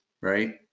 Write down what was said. right